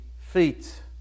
feet